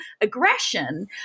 aggression